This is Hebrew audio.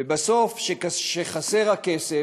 ובסוף, כשחסר הכסף,